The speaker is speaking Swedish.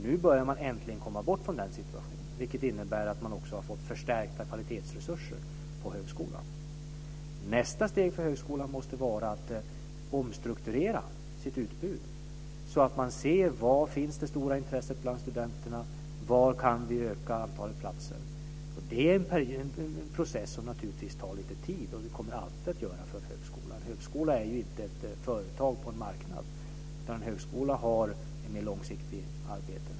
Nu börjar de äntligen komma bort från den situationen, vilket innebär att de också har fått förstärkta kvalitetsresurser på högskolan. Nästa steg för högskolan måste vara att omstrukturera sitt utbud efter var det stora intresset finns bland studenterna, var antalet platser kan ökas. Det är en process som naturligtvis tar lite tid för högskolan, och det kommer det alltid att göra. En högskola är ju inte ett företag på en marknad, utan en högskola har ett mer långsiktigt arbete.